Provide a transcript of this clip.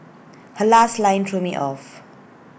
her last line threw me off